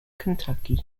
kentucky